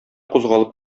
кузгалып